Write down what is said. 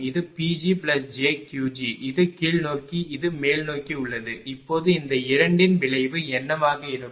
இது PgjQg இது கீழ்நோக்கி இது மேல்நோக்கி உள்ளது இப்போது இந்த இரண்டின் விளைவு என்னவாக இருக்கும்